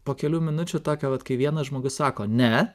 po kelių minučių tokia vat kai vienas žmogus sako ne